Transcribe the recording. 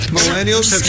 Millennials